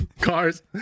cars